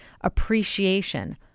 appreciation